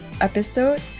episode